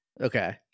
Okay